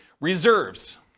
reserves